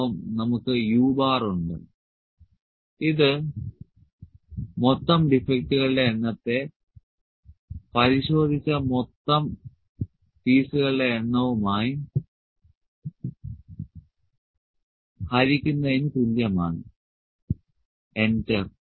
ഒപ്പം നമുക്ക് u ഉണ്ട് ഇത് മൊത്തം ഡിഫെക്ടുകളുടെ എണ്ണത്തെ പരിശോധിച്ച മൊത്തം പീസുകളുടെ എണ്ണവുമായി ഹരിക്കുന്നതിന് തുല്യമാണ് എന്റർ